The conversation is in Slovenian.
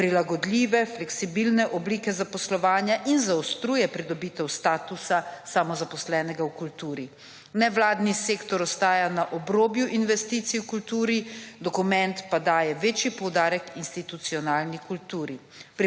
prilagodljive, fleksibilne oblike zaposlovanja in zaostruje pridobitev statusa samozaposlenega v kulturi. Nevladni sektor ostaja na obrobju investicij v kulturi, dokument pa daje večji poudarke institucionalni kulturi.